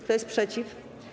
Kto jest przeciw?